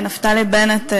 נפתלי בנט,